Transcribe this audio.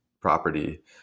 property